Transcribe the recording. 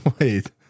Wait